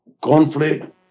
conflict